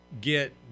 Get